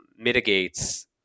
mitigates